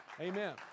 Amen